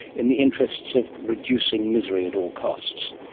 in the interests of reducing misery at all costs.